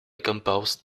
composed